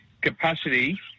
capacity